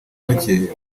muke